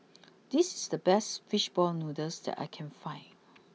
this is the best Fish Ball Noodles that I can find